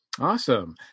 Awesome